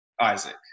isaac